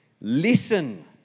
Listen